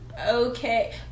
okay